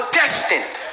destined